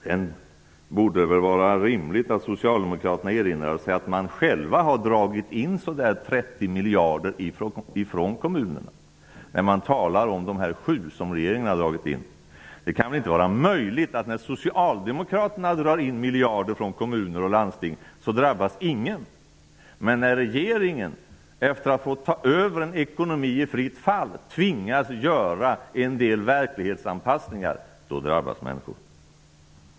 Det borde vara rimligt att socialdemokraterna erinrade sig att de själva har dragit in ungefär 30 miljarder från kommunerna, när de talar om de 7 miljarder som regeringen har dragit in. Det kan väl inte vara möjligt att ingen skulle drabbas när socialdemokraterna drar in miljarder från kommuner och landsting. Men när regeringen, efter att ha fått ta över en ekonomi i fritt fall, tvingas att göra en del verklighetsanpassningar då drabbas människor.